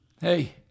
Hey